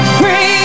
free